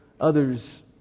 others